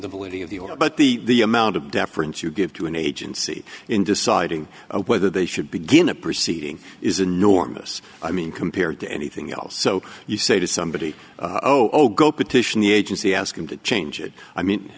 the validity of the order but the amount of deference you give to an agency in deciding whether they should begin a proceeding is enormous i mean compared to anything else so you say to somebody oh oh go petition the agency ask him to change it i mean